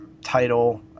title